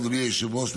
אדוני היושב-ראש,